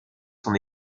son